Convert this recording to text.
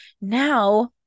now